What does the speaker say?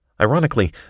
Ironically